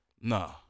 Nah